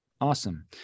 Awesome